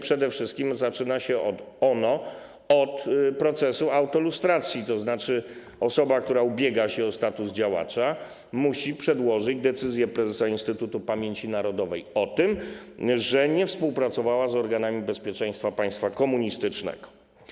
Przede wszystkim zaczyna się ono od procesu autolustracji, to znaczy osoba, która ubiega się o status działacza, musi przedłożyć decyzję prezesa Instytutu Pamięci Narodowej o tym, że nie współpracowała z organami bezpieczeństwa państwa komunistycznego.